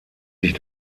sich